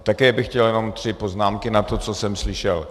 Také bych chtěl jenom tři poznámky na to, co jsem slyšel.